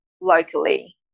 locally